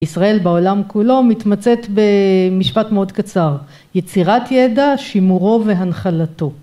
ישראל בעולם כולו מתמצאת במשפט מאוד קצר, יצירת ידע שימורו והנחלתו